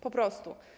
Po prostu.